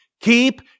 Keep